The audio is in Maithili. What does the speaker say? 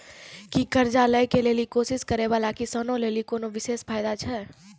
कि कर्जा लै के लेली कोशिश करै बाला किसानो लेली कोनो विशेष फायदा छै?